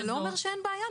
זה לא אומר שאין בעיה,